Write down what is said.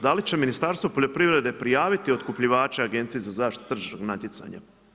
Da li će Ministarstvo poljoprivrede, prijaviti otkupljivača Agenciji za zaštitu tržišnog natjecanja.